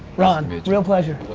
ron, real pleasure.